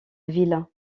ville